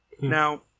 Now